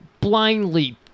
blindly